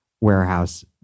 warehouse